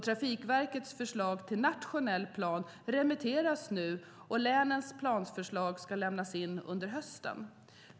Trafikverkets förslag till nationell plan remitteras nu, och länens planförslag ska lämnas in under hösten.